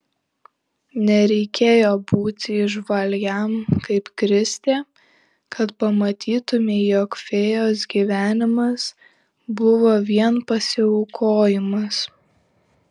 nereikėjo būti įžvalgiam kaip kristė kad pamatytumei jog fėjos gyvenimas buvo vien pasiaukojimas